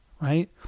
right